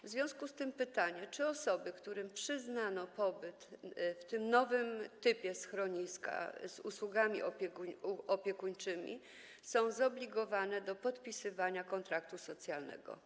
W związku z tym pytanie: Czy osoby, którym przyznano pobyt w nowym typie schroniska z usługami opiekuńczymi, są zobligowane do podpisywania kontraktu socjalnego?